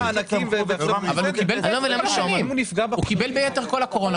הוא קיבל ביתר כל הקורונה.